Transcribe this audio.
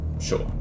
Sure